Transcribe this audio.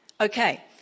Okay